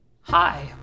Hi